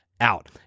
out